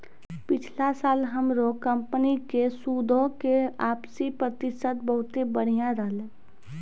पिछला साल हमरो कंपनी के सूदो के वापसी प्रतिशत बहुते बढ़िया रहलै